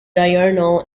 diurnal